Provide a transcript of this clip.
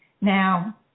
Now